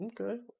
Okay